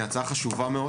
היא הצעה חשובה מאוד.